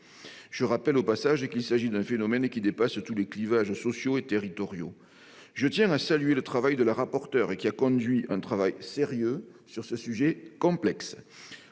Je rappelle au passage qu'il s'agit d'un phénomène qui dépasse tous les clivages sociaux et territoriaux. Je tiens à saluer Mme le rapporteur, qui a conduit un travail sérieux sur ce sujet complexe.